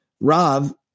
Rav